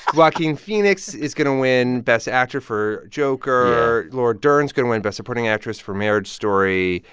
joaquin phoenix is going to win best actor for joker. laura dern is going to win best supporting actress for marriage story.